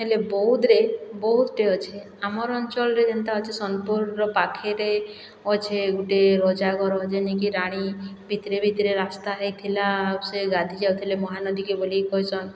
ହେଲେ ବୌଦ୍ଧରେ ବହୁତ୍ଟେ ଅଛେ ଆମର୍ ଅଞ୍ଚଳରେ ଯେନ୍ତା ଅଛେ ସୋନପୁରର ପାଖରେ ଅଛେ ଗୁଟେ ରଜା ଘର ଯେନେକି ରାଣୀ ଭିତରେ ଭିତରେ ରାସ୍ତା ହେଇଥିଲା ଆଉ ସେ ଗାଧି ଯାଉଥିଲେ ମହାନଦୀକେ ବୋଲି କହେସନ